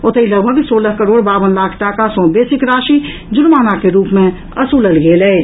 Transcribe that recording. ओतहि लगभग सोलह करोड़ बावन लाख टाका सँ बेसीक राशि जुर्माना के रूप असूलल गेल अछि